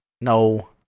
no